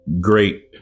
Great